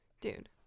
Dude